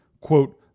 quote